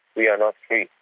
we are not free.